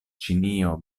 ĉinio